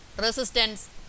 resistance